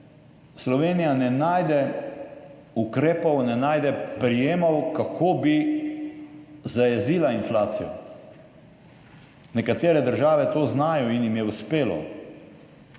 Slovenija ne najde ukrepov, ne najde prijemov, kako bi zajezila inflacijo. Nekatere države to znajo in jim je uspelo.